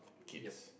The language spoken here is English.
kids